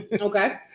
Okay